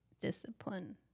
discipline